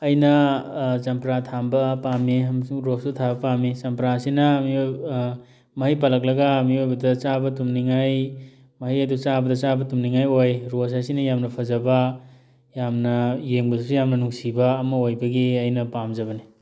ꯑꯩꯅ ꯆꯝꯄ꯭ꯔꯥ ꯊꯥꯕ ꯄꯥꯝꯃꯤ ꯑꯃꯁꯨꯡ ꯔꯣꯁꯁꯨ ꯊꯥꯕ ꯄꯥꯝꯃꯤ ꯆꯝꯄ꯭ꯔꯥꯁꯤꯅ ꯃꯤꯑꯣꯏ ꯃꯍꯩ ꯄꯥꯂꯛꯂꯒ ꯃꯤꯑꯣꯏꯕꯗ ꯆꯥꯕ ꯇꯨꯝꯅꯤꯡꯉꯥꯏ ꯃꯍꯩ ꯑꯗꯨ ꯆꯥꯕꯗ ꯆꯥꯕ ꯇꯨꯝꯅꯤꯡꯉꯥꯏ ꯑꯣꯏ ꯔꯣꯁ ꯍꯥꯏꯁꯤꯅ ꯌꯥꯝꯅ ꯐꯖꯅ ꯌꯥꯝꯅ ꯌꯦꯡꯕꯗꯁꯨ ꯌꯥꯝꯅ ꯅꯨꯡꯁꯤꯕ ꯑꯃꯑꯣꯏꯕꯒꯤ ꯑꯩꯅ ꯄꯥꯝꯖꯕꯅꯤ